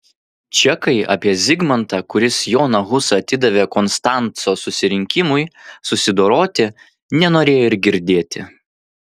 čekai apie zigmantą kuris joną husą atidavė konstanco susirinkimui susidoroti nenorėjo ir girdėti